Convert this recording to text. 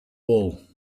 wall